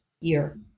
year